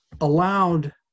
allowed